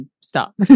stop